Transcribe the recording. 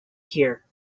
here